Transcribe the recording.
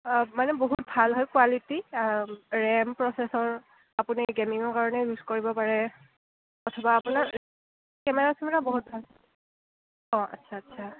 অঁ মানে বহুত ভাল হয় কোৱালিটী ৰেম প্ৰ'চেচৰ আপুনি গেমিঙৰ কাৰণেও ইউজ কৰিব পাৰে অথবা আপোনাৰ কেমেৰা চেমেৰাও বহুত ভাল অঁ আটচ্ছা আটচ্ছা